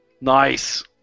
Nice